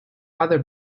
other